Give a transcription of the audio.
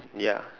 ya